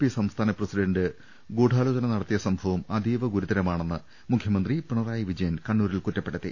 P സംസ്ഥാന president ഗൂഢാലോചന നടത്തിയ സംഭവം അതീവ ഗുരുതരമാണെന്ന് മുഖ്യമന്ത്രി പിണറായി വിജയൻ കണ്ണൂരിൽ കുറ്റപ്പെടുത്തി